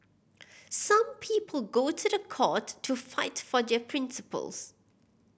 some people go to the court to fight for their principles